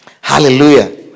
Hallelujah